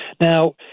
Now